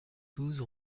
douze